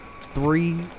three